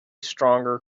stronger